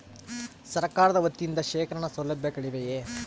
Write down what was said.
ಸರಕಾರದ ವತಿಯಿಂದ ಶೇಖರಣ ಸೌಲಭ್ಯಗಳಿವೆಯೇ?